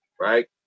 right